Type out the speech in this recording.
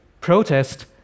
protest